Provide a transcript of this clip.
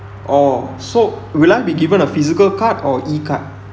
orh so will I be given a physical card or e card